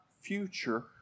future